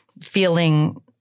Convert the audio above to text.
feeling